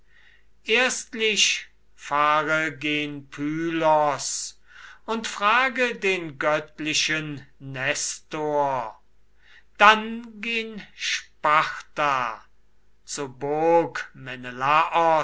erstlich fahre gen pylos und frage den göttlichen nestor dann gen sparta zur